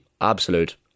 absolute